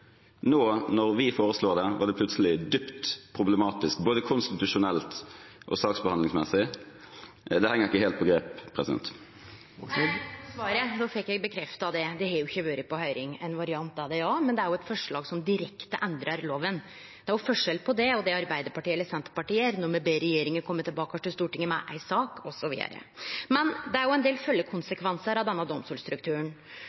nå, følger bl.a. et forslag som Senterpartiet tidligere har fremmet i denne sal. Da var det uproblematisk, men når vi foreslår det, er det plutselig dypt problematisk – både konstitusjonelt og saksbehandlingsmessig. Det henger ikke helt på greip. Då fekk eg bekrefta at det ikkje har vore på høyring – ein variant av det, ja, men dette er eit forslag som direkte endrar lova. Det er forskjell på det og det som Arbeidarpartiet eller Senterpartiet gjer når me ber regjeringa kome tilbake til Stortinget med ei sak. Men det er ein